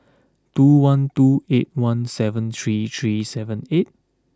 two one two eight one seven three three seven eight